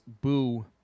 Boo